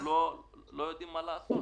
לא יודעים מה לעשות.